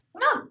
No